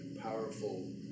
powerful